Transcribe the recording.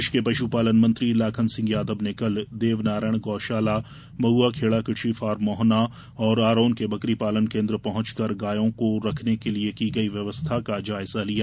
प्रदेश के पशुपालन मंत्री लाखन सिंह यादव ने कल देवनारायण गौशाला महआखेडा कृषि फार्म मोहना और आरोन के बकरी पालन केन्द्र पहँचकर गायों को रखने के लिए की गई व्यवस्था का जायजा लिया